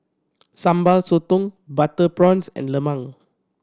Sambal Sotong butter prawns and lemang